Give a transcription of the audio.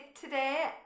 today